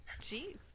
Jeez